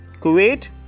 Kuwait